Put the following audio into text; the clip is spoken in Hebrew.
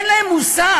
אין להם מושג,